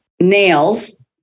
nails